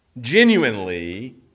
genuinely